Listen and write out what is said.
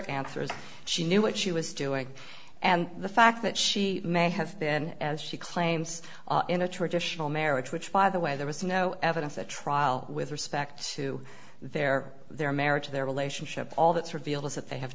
answers she knew what she was doing and the fact that she may have been as she claims in a traditional marriage which by the way there was no evidence at trial with respect to their their marriage their relationship all this reveals that they have